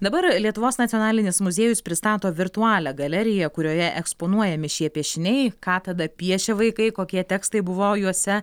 dabar lietuvos nacionalinis muziejus pristato virtualią galeriją kurioje eksponuojami šie piešiniai ką tada piešė vaikai kokie tekstai buvo juose